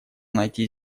найти